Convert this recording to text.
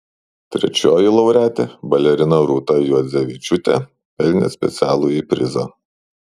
trečioji laureatė balerina rūta juodzevičiūtė pelnė specialųjį prizą